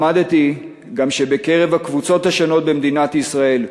למדתי גם כשבקרב הקבוצות השונות במדינת ישראל,